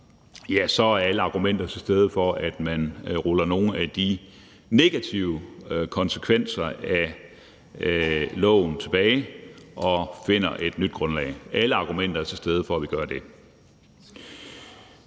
samme, så er alle argumenter til stede for, at man ruller nogle af de negative konsekvenser af loven tilbage og finder et nyt grundlag. Alle argumenter er til stede for, at vi gør det.